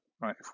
right